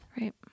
Right